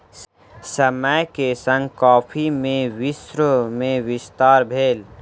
समय के संग कॉफ़ी के विश्व में विस्तार भेल